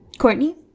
Courtney